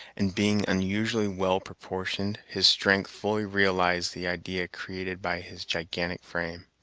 and being unusually well proportioned, his strength fully realized the idea created by his gigantic frame.